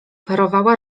parowała